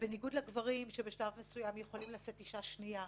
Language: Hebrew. בניגוד לגברים שבשלב מסוים יכולים לשאת אישה שנייה,